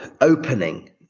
opening